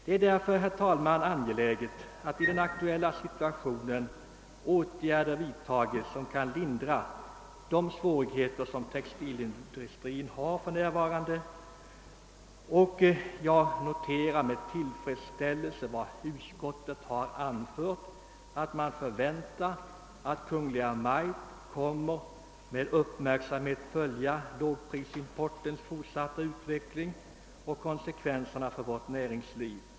Det är därför, herr talman, angeläget att i den aktuella situationen åtgärder vidtages som kan lindra de svårigheter som textilindustrin råkat in i för närvarande, och jag noterar med tillfredsställelse vad utskottet har anfört, nämligen att man förväntar att Kungl. Maj:t kommer att med uppmärksamhet följa lågprisimportens fortsatta utveckling och dess konsekvenser för vårt näringsliv.